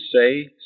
say